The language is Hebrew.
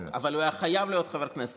אבל היה חייב להיות חבר כנסת.